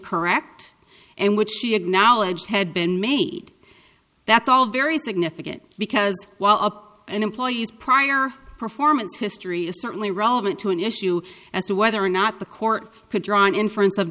correct and which she acknowledged had been made that's all very significant because while an employee's prior performance history is certainly relevant to an issue as to whether or not the court could draw an inference of